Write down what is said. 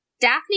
Daphne